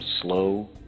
slow